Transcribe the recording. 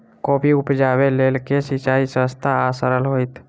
कोबी उपजाबे लेल केँ सिंचाई सस्ता आ सरल हेतइ?